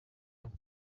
umuze